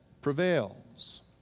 prevails